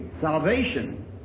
Salvation